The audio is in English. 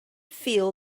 feel